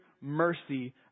mercy